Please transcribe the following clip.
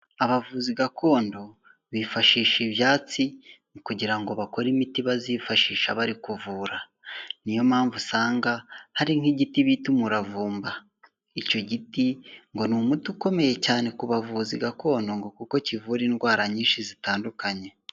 Abavuzi gakondo bifashisha ibyatsi kugira ngo bakore imiti bazifashisha bari kuvura, niyo mpamvu usanga hari nk'igiti bita umuravumba. Icyo giti ngo ni umuti ukomeye cyane ku bavuzi gakondo ngo kuko kivura indwara nyinshi zitandukanye.